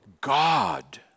God